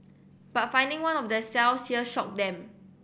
but finding one of their cells here shocked them